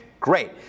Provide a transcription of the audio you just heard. Great